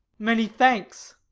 many thanks!